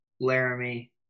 Laramie